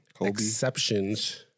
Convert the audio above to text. exceptions